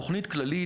תכנית כללית,